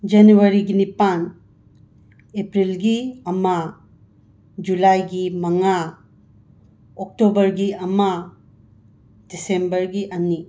ꯖꯅꯨꯋꯥꯔꯤꯒꯤ ꯅꯤꯄꯥꯟ ꯑꯦꯄ꯭ꯔꯤꯜꯒꯤ ꯑꯃ ꯖꯨꯂꯥꯏꯒꯤ ꯃꯉꯥ ꯑꯣꯛꯇꯣꯕꯔꯒꯤ ꯑꯃ ꯗꯤꯁꯦꯝꯕꯔꯒꯤ ꯑꯅꯤ